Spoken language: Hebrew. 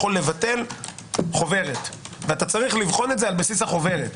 לבטל חוברת וצריך לבחון את זה על בסיס החוברת.